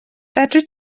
fedri